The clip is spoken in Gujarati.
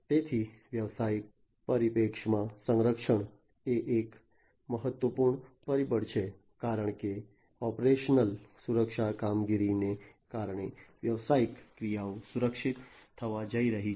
તેથી વ્યવસાયિક પરિપ્રેક્ષ્યમાં સંરક્ષણ એ એક મહત્વપૂર્ણ પરિબળ છે કારણ કે ઓપરેશનલ સુરક્ષા કામગીરીને કારણે વ્યવસાયિક ક્રિયાઓ સુરક્ષિત થવા જઈ રહી છે